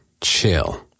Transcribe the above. Chill